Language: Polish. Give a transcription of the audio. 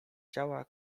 ciała